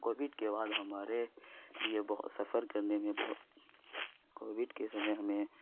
Covid کے بعد ہمارے لیے بہت سفر کرنے میں کووڈ کے سمے ہمیں